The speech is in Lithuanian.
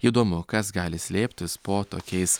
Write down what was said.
įdomu kas gali slėptis po tokiais